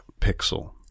Pixel